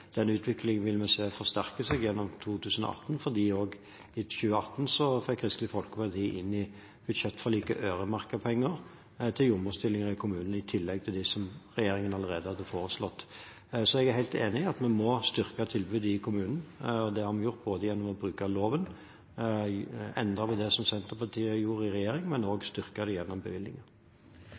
vil se denne utviklingen forsterke seg gjennom 2018, for i budsjettforliket i 2018 fikk Kristelig Folkeparti inn øremerkede penger til jordmorstillinger i kommunene, i tillegg til dem som regjeringen allerede hadde foreslått. Jeg er helt enig i at vi må styrke tilbudet i kommunene. Det har vi gjort gjennom både å bruke loven, endre på det Senterpartiet gjorde i regjering, og å styrke dette gjennom bevilgninger.